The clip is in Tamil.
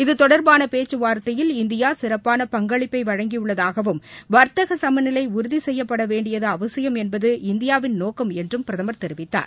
இது தொடர்பான பேச்சுவார்த்தையில் இந்தியா சிறப்பாள பங்களிப்பை வழங்கியுள்ளதாகவும் வர்த்தக சமநிலை உறுதி செய்யப்பட வேண்டியது அவசியம் என்பது இந்தியாவின் நோக்கம் என்றும் பிரதமர் தெரிவித்தார்